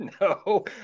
No